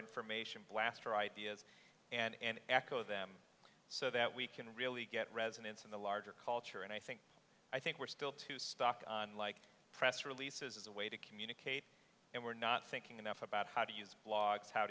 information blaster ideas and echo them so that we can really get resonance in the larger culture and i think i think we're still too stuck on like press releases as a way to communicate and we're not thinking enough about how to use blogs how